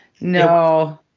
no